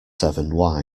seven